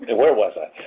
where was i?